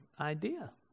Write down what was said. idea